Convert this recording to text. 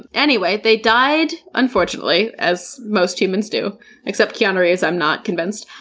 anyway, they died, unfortunately, as most humans do except keanu reeves. i'm not convinced.